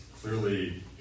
clearly